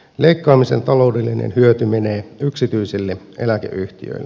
leikkaamisen taloudellinen hyöty menee yksityisille eläkeyhtiöille